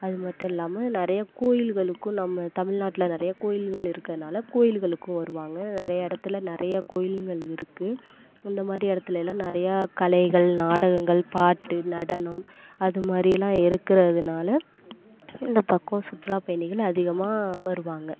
அது மட்டும் இல்லாமல் நிறையா கோவில்களுக்கும் நம்ம தமிழ்நாட்டில் நிறையா கோவில்கள் இருக்கிறனால கோவில்களுக்கும் வருவாங்க நிறையா இடத்துல நிறையா கோவில்கள் இருக்குது இந்த மாதிரி இடத்துல எல்லாம் நிறையா கலைகள் நாடகங்கள் பாட்டு நடனம் அது மாதிரிலாம் இருக்கிறதுனால இந்த பக்கம் சுற்றுலா பயணிகள் அதிகமாக வருவாங்க